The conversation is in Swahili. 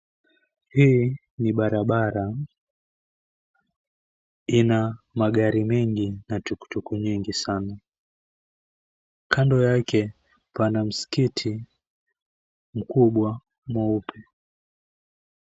Hii ni barabara, ina magari mengi na tuktuk nyingi sana. Kando yake, pana msikiti mkubwa mweupe.